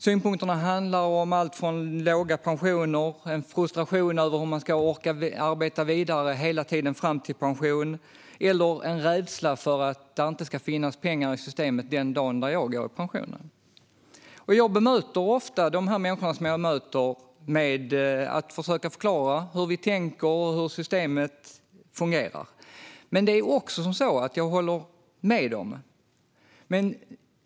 Synpunkterna handlar om låga pensioner, en frustration över hur man ska orka arbeta vidare hela vägen till pensionsåldern eller en rädsla för att det inte ska finnas pengar i systemet den dag man går i pension. Jag bemöter ofta detta med att försöka förklara hur vi tänker och hur systemet fungerar, men jag håller också med dem.